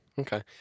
Okay